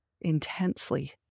intensely